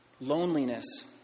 Loneliness